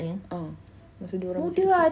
ah masa dia orang masa kecil